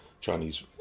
Chinese